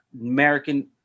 American